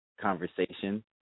conversation